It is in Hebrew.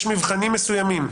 יש מבחנים מסוימים,